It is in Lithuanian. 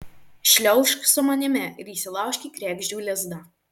šliaužk su manimi ir įsilaužk į kregždžių lizdą